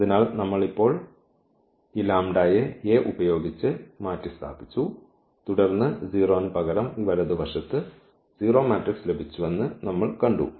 അതിനാൽ നമ്മൾ ഇപ്പോൾ ഈ യെ A ഉപയോഗിച്ച് മാറ്റിസ്ഥാപിച്ചു തുടർന്ന് 0 ന് പകരം ഈ വലതുവശത്ത് 0 മാട്രിക്സ് ലഭിച്ചുവെന്ന് നമ്മൾ കണ്ടു